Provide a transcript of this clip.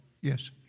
Yes